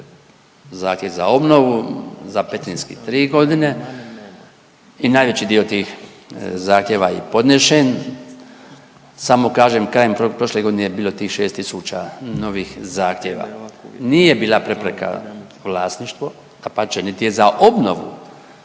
zahtjev za obnovu, za petrinjski 3 godine i najveći dio tih zahtjeva je i podnešen. Samo kažem krajem prošle godine je bilo tih 6 tisuća novih zahtjeva. Nije bila prepreka vlasništvo, dapače niti je za obnovu